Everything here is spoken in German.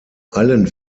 allen